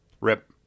Rip